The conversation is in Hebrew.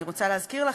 אני רוצה להזכיר לכם,